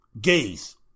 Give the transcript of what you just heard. gays